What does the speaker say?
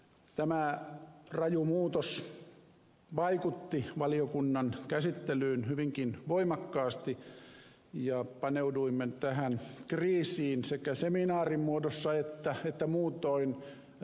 tämä raju muutos vaikutti valiokunnan käsittelyyn hyvinkin voimakkaasti ja paneuduimme tähän kriisiin sekä seminaarimuodossa että muutoin asiantuntijakuulemisilla